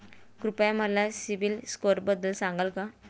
कृपया मला सीबील स्कोअरबद्दल सांगाल का?